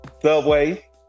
Subway